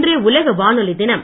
இன்று உலக வானொலி தினம்